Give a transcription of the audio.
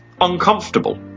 ...uncomfortable